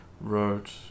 wrote